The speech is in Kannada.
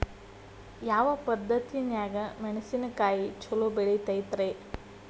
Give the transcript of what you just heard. ಯಾವ ಪದ್ಧತಿನ್ಯಾಗ ಮೆಣಿಸಿನಕಾಯಿ ಛಲೋ ಬೆಳಿತೈತ್ರೇ?